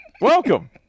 Welcome